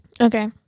Okay